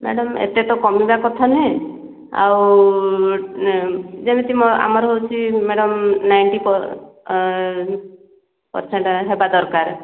madam ଏତେ ତ କମିବା କଥା ନୁହେଁ ଆଉ ଏ ଯେମିତି ମୋ ଆମର ହଉଚି ମ୍ୟାଡାମ୍ ନାଇନଟି ପର ପରସେଣ୍ଟ୍ ହେବା ଦରକାର